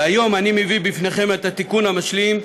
והיום אני מביא בפניכם את התיקון המשלים,